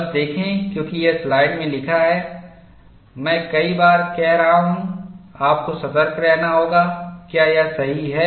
बस देखें क्योंकि यह स्लाइड में लिखा है मैं कई बार कह रहा हूं आपको सतर्क रहना होगा क्या यह सही है